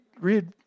read